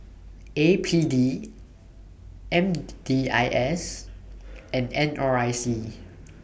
A P D M D I S and N R I C